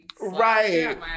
Right